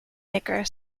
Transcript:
maker